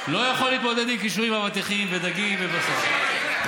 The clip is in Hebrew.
לא יכול להתמודד עם קישואים ואבטיחים ודגים ובשר.